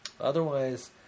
otherwise